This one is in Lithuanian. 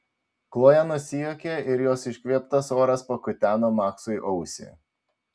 kloja nusijuokė ir jos iškvėptas oras pakuteno maksui ausį